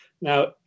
Now